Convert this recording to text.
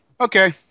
okay